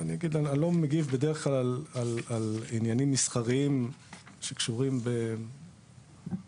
אני לא מגיב בדרך כלל על עניינים מסחריים שקשורים במתחרים.